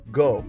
go